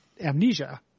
amnesia